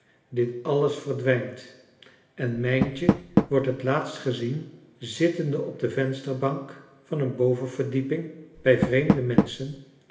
dit alles verdwijnt en mijntje wordt het laatst gezien zittende op de vensterbank van een bovenverdieping bij vreemde menschen